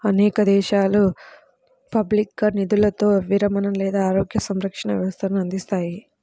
అనేక దేశాలు పబ్లిక్గా నిధులతో విరమణ లేదా ఆరోగ్య సంరక్షణ వ్యవస్థలను అందిస్తాయి